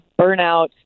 burnout